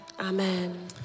Amen